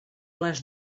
les